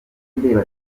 ndeba